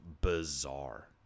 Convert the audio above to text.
bizarre